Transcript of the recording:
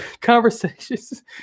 conversations